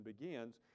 begins